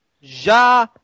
Ja